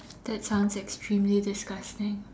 that sounds extremely disgusting